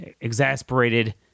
exasperated